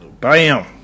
Bam